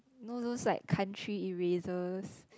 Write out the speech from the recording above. no no it's like country erasers